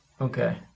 okay